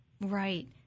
Right